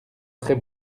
très